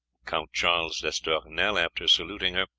count charles d'estournel, after saluting her,